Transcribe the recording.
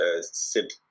sit